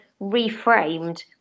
reframed